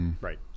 Right